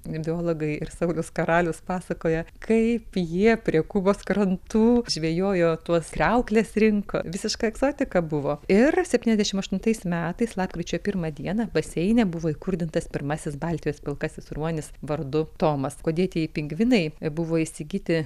biologai ir saulius karalius pasakoja kaip jie prie kubos krantų žvejojo tuos kriaukles rinko visiška egzotika buvo ir septyniasdešim aštuntais metais lapkričio pirmą dieną baseine buvo įkurdintas pirmasis baltijos pilkasis ruonis vardu tomas kuodėtieji pingvinai buvo įsigyti